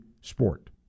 sport